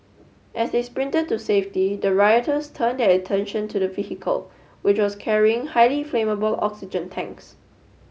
as they sprinted to safety the rioters turned attention to the vehicle which was carrying highly flammable oxygen tanks